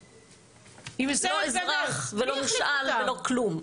לא אזרח ולא מושאל ולא כלום.